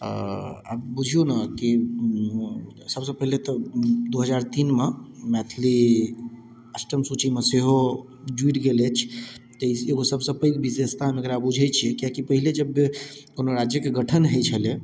आओर आब बुझियौ नऽ कि सबसँ पहिले तऽ दू हजार तीनमे मैथिली अष्टम सूचीमे सेहो जुड़ि गेल अछि तऽ ई एगो सबसँ पैघ विशेषता हम एकरा बुझै छियै किएक कि पहिले जब कोनो राज्यके गठन हय छलै